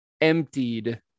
emptied